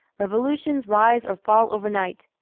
revolutions rise or fall overnight.